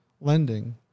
lending